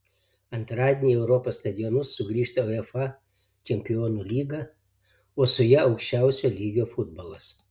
antradienį į europos stadionus sugrįžta uefa čempionų lyga o su ja aukščiausio lygio futbolas